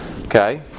Okay